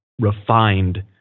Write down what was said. refined